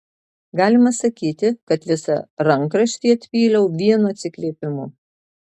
galima sakyti kad visą rankraštį atpyliau vienu atsikvėpimu